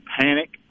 panic